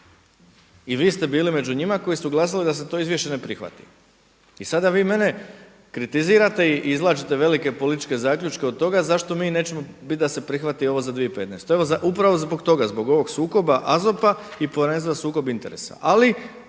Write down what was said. i vi ste bili među njima koji su glasali da se to izvješće ne prihvati. I sada vi mene kritizirate i izvlačite velike političke zaključke od toga zašto mi nećemo bit da se prihvati ovo za 2015. Evo upravo zbog toga, zbog ovog sukoba AZOP-a i Povjerenstva za sukob interesa,